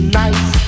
nice